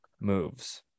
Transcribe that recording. moves